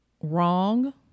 wrong